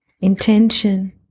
intention